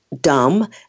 dumb